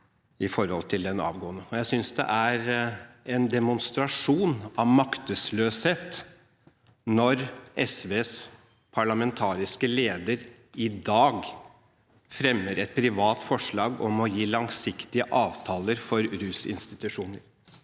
Jeg synes det er en demonstrasjon av maktesløshet når SVs parlamentariske leder i dag fremmer et privat forslag om å gi langsiktige avtaler for rusinstitusjoner.